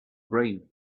brain